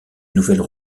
nouvelles